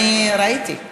ראיתי.